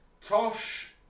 Tosh